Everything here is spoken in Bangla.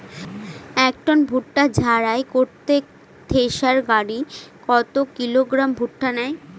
এক টন ভুট্টা ঝাড়াই করতে থেসার গাড়ী কত কিলোগ্রাম ভুট্টা নেয়?